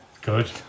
Good